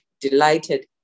delighted